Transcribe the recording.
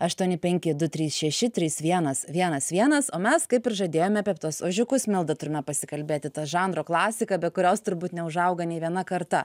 aštuoni penki du trys šeši trys vienas vienas vienas o mes kaip ir žadėjome tuos ožiukus milda turime pasikalbėti ta žanro klasika be kurios turbūt neužauga nei viena karta